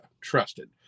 trusted